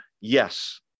Yes